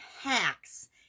hacks